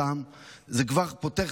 זה כבר פותר 50%,